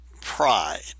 pride